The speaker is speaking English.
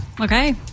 Okay